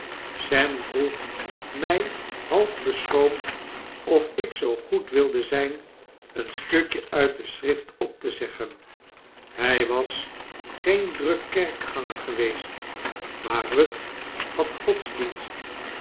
sem vroeg my half beschroomd of ik zoo goed wilde zijn een stukje uit de schrift op te zeggen hy was geen druk kerkganger geweest maar euth had godsdienst